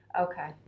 Okay